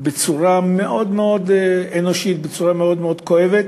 בצורה מאוד מאוד אנושית, בצורה מאוד מאוד כואבת.